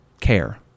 care